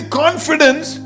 confidence